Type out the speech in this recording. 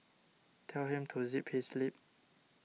tell him to zip his lip